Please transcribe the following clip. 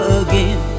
again